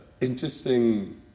interesting